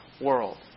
world